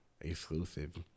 Exclusive